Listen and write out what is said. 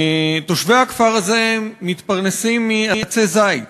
תושבי הכפר הזה מתפרנסים מעצי זית.